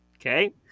Okay